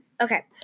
Okay